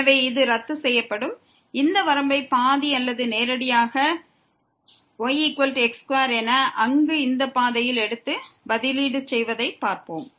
எனவே இது ரத்து செய்யப்படும் இந்த வரம்பை பாதி அல்லது நேரடியாக yx2 என அங்கு இந்த பாதையில் எடுத்து பதிலீடு செய்வதைப் பார்ப்போம்